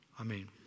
Amen